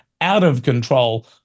out-of-control